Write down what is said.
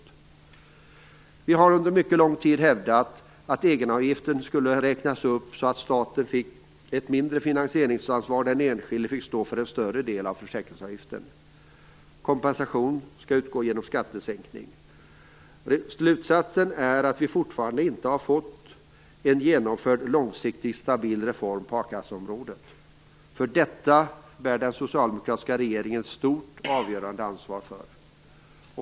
Vi har också under mycket lång tid hävdat att egenavgiften skall räknas upp så att staten får ett mindre finansieringsansvar och den enskilde får stå för en större del av försäkringsavgiften. Kompensation skall utgå genom en skattesänkning. Slutsatsen är att vi fortfarande inte har fått en långsiktigt stabil reform genomförd på a-kasseområdet. För detta bär den socialdemokratiska regeringen ett stort och avgörande ansvar för.